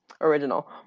original